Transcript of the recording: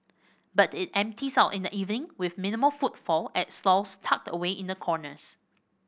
but it empties out in the evening with minimal footfall at stalls tucked away in the corners